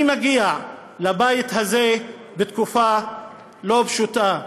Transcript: אני מגיע לבית הזה בתקופה לא פשוטה,